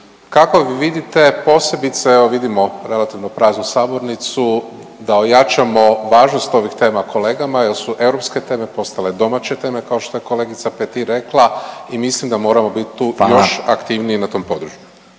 Kako vi vidite posebice evo vidimo relativnu praznu sabornicu, da ojačamo važnost ovih tema kolegama jel su europske teme postale domaće teme kao što je kolegica Petir rekla i mislim da moramo bit tu …/Upadica Radin: